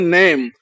name